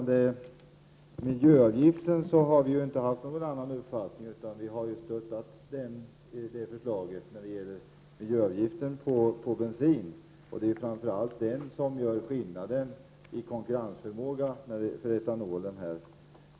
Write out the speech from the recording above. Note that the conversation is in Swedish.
Herr talman! Centerpartiet har inte haft någon annan uppfattning utan har stöttat förslaget om miljöavgiften på bensin. Det är framför allt den som gör skillnaden i konkurrensförmåga för etanolen.